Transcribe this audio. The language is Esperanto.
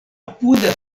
apuda